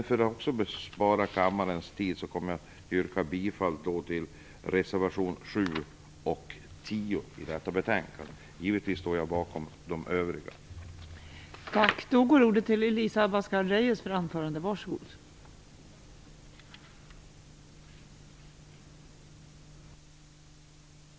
För att spara på kammarens tid yrkar jag bifall bara till reservationerna 7 och 10, även om jag givetvis står bakom också våra övriga reservationer.